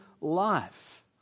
life